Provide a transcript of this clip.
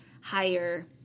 higher